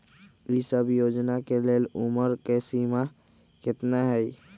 ई सब योजना के लेल उमर के सीमा केतना हई?